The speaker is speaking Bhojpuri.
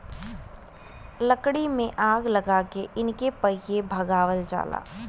लकड़ी में आग लगा के इनके पहिले भगावल जाला